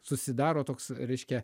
susidaro toks reiškia